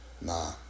nah